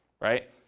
right